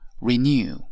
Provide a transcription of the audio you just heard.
renew